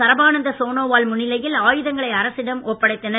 சரபானந்த சோனோவால் முன்னிலையில் ஆயுதங்களை அரசிடம் ஒப்படைத்தனர்